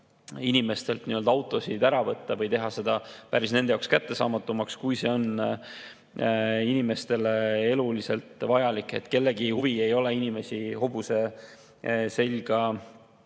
inimestelt nii-öelda autosid ära võtta või teha seda nende jaoks kättesaamatumaks, kui see neile eluliselt vajalik on. Kellegi huvi ei ole inimesi hobuse selga